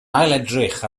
ailedrych